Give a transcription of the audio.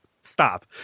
stop